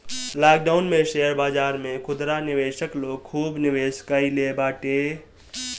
lockdown में share बाजार में खुदरा निवेशक लोग खूब निवेश कईले बाटे